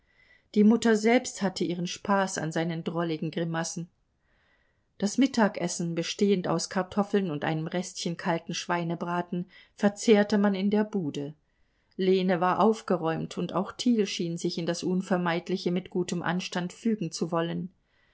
die mutter selbst hatte ihren spaß an seinen drolligen grimassen das mittagessen bestehend aus kartoffeln und einem restchen kalten schweinebraten verzehrte man in der bude lene war aufgeräumt und auch thiel schien sich in das unvermeidliche mit gutem anstand fügen zu wollen